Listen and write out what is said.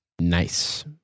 nice